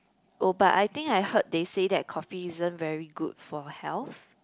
oh but I think I heard they say that coffee isn't very good for health